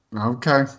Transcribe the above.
okay